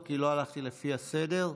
לא הלכתי לפי הסדר.